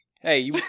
Hey